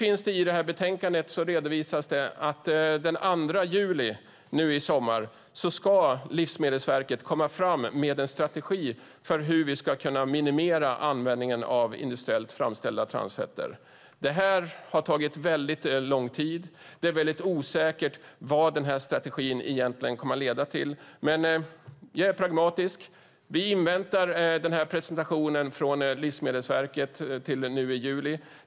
I detta betänkande redovisas att Livsmedelsverket den 2 juli i år ska komma med en strategi för hur vi ska kunna minimera användningen av industriellt framställda transfetter. Detta har tagit mycket lång tid. Det är mycket osäkert vad denna strategi egentligen kommer att leda till. Men jag är pragmatisk. Vi inväntar denna presentation från Livsmedelsverket i juli.